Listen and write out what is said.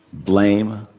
blame,